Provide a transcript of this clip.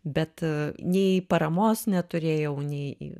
bet nei paramos neturėjau nei